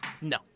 No